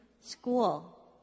school